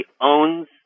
owns